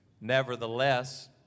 Nevertheless